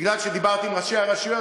בגלל שדיברתי עם ראשי הרשויות,